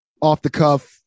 off-the-cuff